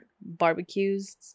barbecues